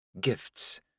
Gifts